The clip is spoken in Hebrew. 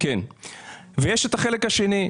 ויש את החלק השני,